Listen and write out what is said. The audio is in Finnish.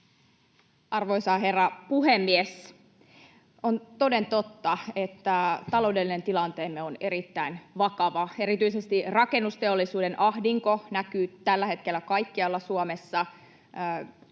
Arvoisa herra puhemies! On toden totta, että taloudellinen tilanteemme on erittäin vakava. Erityisesti rakennusteollisuuden ahdinko näkyy tällä hetkellä kaikkialla Suomessa.